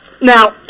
Now